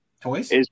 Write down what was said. Toys